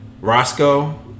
Roscoe